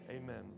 Amen